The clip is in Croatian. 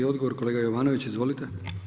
Odgovor, kolega Jovanović, izvolite.